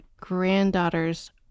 granddaughters